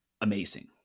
amazing